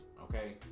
okay